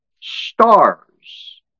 stars